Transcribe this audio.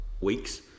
weeks